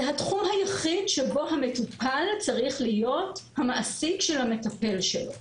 זה התחום היחיד שבו המטופל צריך להיות המעסיק של המטפל שלו.